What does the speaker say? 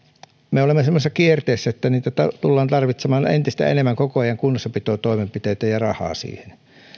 me olemme semmoisessa kierteessä että tullaan tarvitsemaan koko ajan entistä enemmän kunnossapitotoimenpiteitä ja rahaa siihen